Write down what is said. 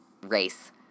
race